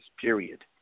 period